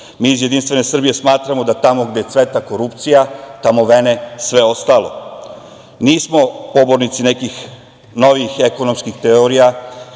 iz Jedinstvene Srbije smatramo da tamo gde cveta korupcija, tamo vene sve ostalo. Nismo pobornici nekih novijih ekonomskih teorija,